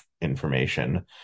information